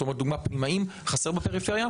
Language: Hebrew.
לדוגמה: פנימאים חסרים בפריפריה?